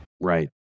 Right